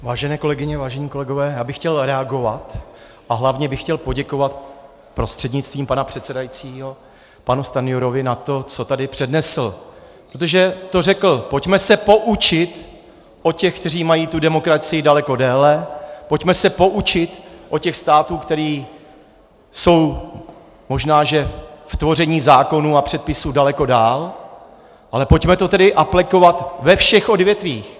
Vážené kolegyně, vážení kolegové, já bych chtěl reagovat, a hlavně bych chtěl poděkovat prostřednictvím pana předsedajícího panu Stanjurovi, na to, co tady přednesl, protože řekl: pojďme se poučit od těch, kteří mají demokracii daleko déle, pojďme se poučit od států, které jsou možná, že v tvoření zákonů a předpisů daleko dál, ale pojďme to tedy aplikovat ve všech odvětvích.